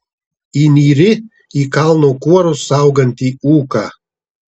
įnyri į kalno kuorus saugantį ūką